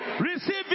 Receive